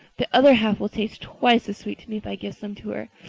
the other half will taste twice as sweet to me if i give some to her.